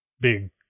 big